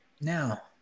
Now